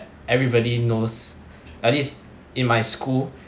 everybody knows at least in my school